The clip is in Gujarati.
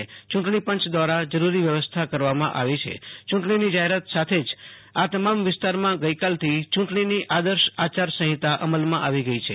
યુંટણી પંચેદ્વારા જરૂરી વ્યવસ્થા કરવામાં આવી છે યું ટણીની જાહેરાત સાથે જ આ તમામ વિસ્તારમાં ગઈકાલથી આદર્શ આયાર સંહિતા અમલમાં આવી ગઈ છે